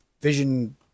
vision